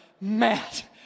matt